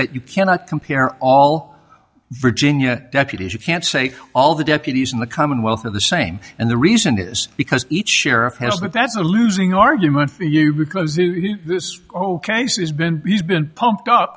that you cannot compare all virginia deputies you can't say all the deputies in the commonwealth of the same and the reason is because each sheriff has but that's a losing argument for you because this whole case is been used been pumped up